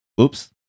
Oops